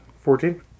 Fourteen